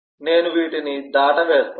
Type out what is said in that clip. నేను వీటిని దాటవేస్తాను